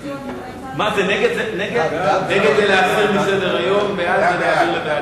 ההצעה שלא לכלול את הנושא בסדר-היום של הכנסת נתקבלה.